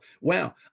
Wow